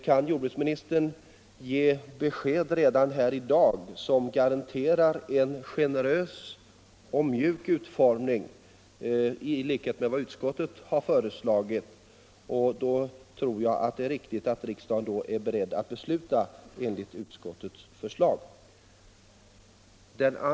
Kan jordbruksministern ge besked redan här i dag som garanterar en generös och mjuk utformning, i likhet med vad utskottet har föreslagit, tror jag att det är riktigt att riksdagen då är beredd att besluta enligt utskottets förslag.